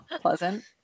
pleasant